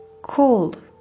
Cold